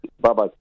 Bye-bye